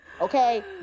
Okay